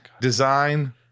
Design